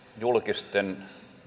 julkisten